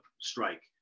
strike